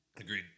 Agreed